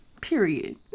Period